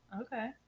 Okay